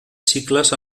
cicles